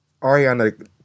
Ariana